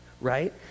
right